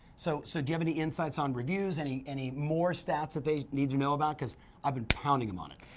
so so do you have any insights on reviews, any any more stats that they need to know about? cause i've been pounding them on it.